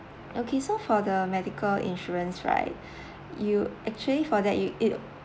okay so for the medical insurance right you actually for that you it